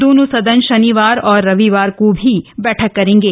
दोनों सदन शनिवार और रविवार को भी बैठक करेंगे